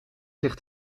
zich